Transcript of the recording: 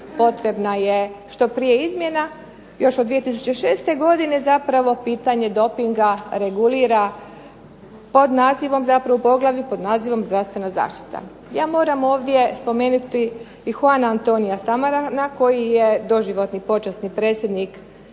potrebna je izmjena, još od 2006. godine zapravo pitanje dopinga regulira pod nazivom zdravstvena zaštita. Ja moram ovdje spomenuti Juan Antonia Samarana koji je doživotni počasni predsjednik